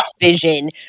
vision